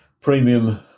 premium